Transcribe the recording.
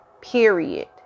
Period